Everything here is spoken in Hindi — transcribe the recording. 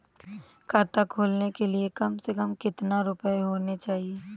खाता खोलने के लिए कम से कम कितना रूपए होने चाहिए?